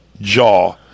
jaw